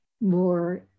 more